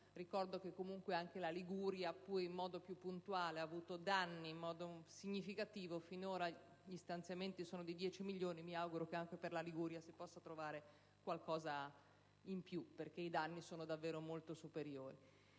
Ricordo che anche la Liguria, pure in modo più puntuale, ha avuto danni significativi. Finora gli stanziamenti sono di 10 milioni di euro; mi auguro che anche per la Liguria si possa trovare qualcosa in più, perché i danni sono davvero molto superiori.